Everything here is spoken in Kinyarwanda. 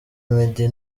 meddie